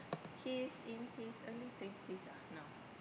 he's in his early twenties ah now